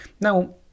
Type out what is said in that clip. Now